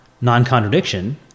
non-contradiction